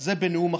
זה בנאום אחר.